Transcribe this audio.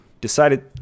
decided